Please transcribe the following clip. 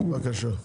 בבקשה.